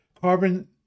carbon